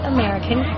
American